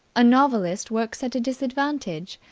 a novelist works at a disadvantage.